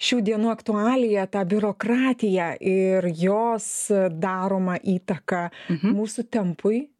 šių dienų aktualija ta biurokratija ir jos daroma įtaka mūsų tempui